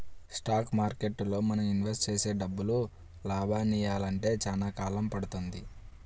stock మార్కెట్టులో మనం invest చేసే డబ్బులు లాభాలనియ్యాలంటే చానా కాలం పడుతుంది